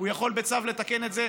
הוא יכול בצו לתקן את זה.